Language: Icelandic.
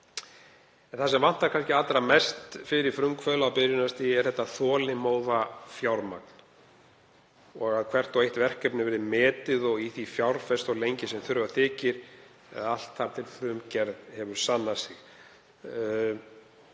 Það sem vantar kannski allra mest fyrir frumkvöðla á byrjunarstigi er þolinmótt fjármagn og að hvert og eitt verkefni verði metið og í því fjárfest svo lengi sem þurfa þykir allt þar til frumgerð hefur sannað sig.